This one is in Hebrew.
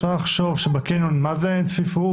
אפשר לחשוב שבקניון מה זה אין צפיפות.